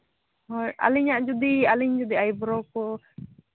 ᱦᱳᱭ ᱟᱹᱞᱤᱧᱟᱜ ᱡᱩᱫᱤ ᱟᱹᱞᱤᱧ ᱡᱩᱫᱤ ᱟᱭᱵᱨᱳ ᱠᱚ